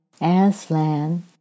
Aslan